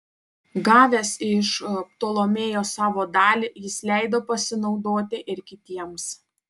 gavęs iš ptolemėjo savo dalį jis leido pasinaudoti ir kitiems